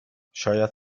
شاید